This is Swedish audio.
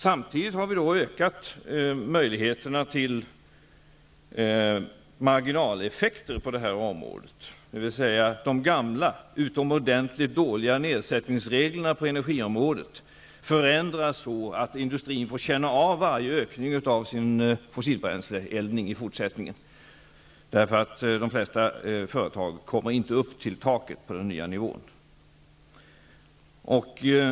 Samtidigt har vi ökat möjligheterna till marginaleffekter på detta område, dvs. de gamla utomordentligt dåliga nedsättningsreglerna på energiområdet förändras så att industrin får känna av varje ökning av sin fossilbränsleeldning i fortsättningen. De flesta företag kommer inte upp till taket på den nya nivån.